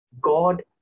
God